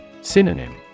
Synonym